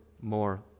more